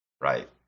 right